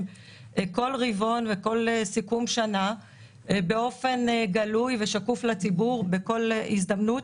כל רבעון וכל סיכום שנה באופן גלוי ושקוף לציבור בכל הזדמנות.